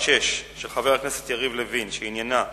ילדה קטנה